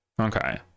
Okay